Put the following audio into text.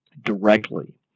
directly